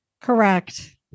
Correct